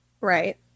Right